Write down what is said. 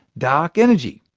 dark energy.